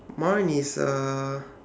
my one is uh